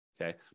okay